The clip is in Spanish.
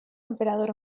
emperador